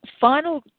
final